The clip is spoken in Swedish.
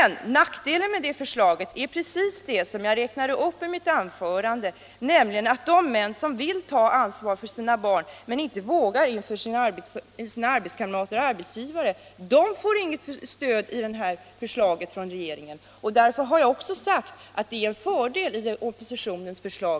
Nackdelarna med detta förslag är precis de som jag räknade upp i mitt anförande: de män som vill ta ansvar för sina barn men inte vågar inför sina arbetskamrater och arbetsgivare får inget stöd i regeringens förslag. Därför har jag också sagt att just på denna punkt ligger en fördel i oppositionens förslag.